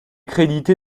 crédité